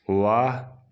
वाह